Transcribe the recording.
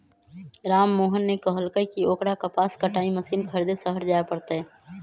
राममोहन ने कहल कई की ओकरा कपास कटाई मशीन खरीदे शहर जाय पड़ तय